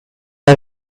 are